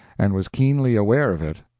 and was keenly aware of it.